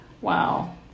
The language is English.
Wow